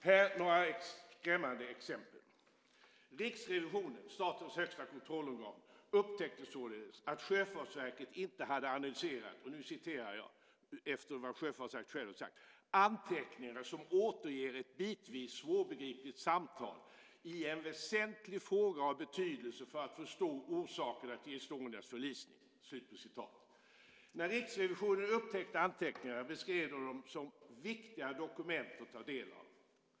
Här är några skrämmande exempel. Riksrevisionen, statens högsta kontrollorgan, upptäckte således att Sjöfartsverket inte hade analyserat - och nu återger jag det Sjöfartsverket har sagt - anteckningarna som återger ett bitvis svårbegripligt samtal i en väsentlig fråga av betydelse för att förstå orsakerna till M/S Estonias förlisning. När Riksrevisionen upptäckte anteckningarna beskrev de dem som viktiga dokument att ta del av.